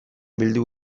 bildu